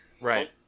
right